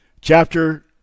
chapter